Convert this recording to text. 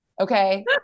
Okay